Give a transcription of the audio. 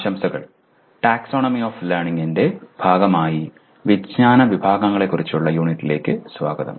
ആശംസകൾ taxonomy of ലേണിംഗിന്റെ ഭാഗമായി വിജ്ഞാന വിഭാഗങ്ങളെക്കുറിച്ചുള്ള യൂണിറ്റിലേക്ക് സ്വാഗതം